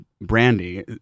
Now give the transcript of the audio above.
Brandy